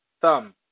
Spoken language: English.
thumb